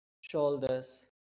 shoulders